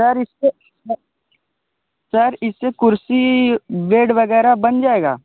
sir इससे sir इससे कुर्सी बेड वग़ैरह बन जाएगा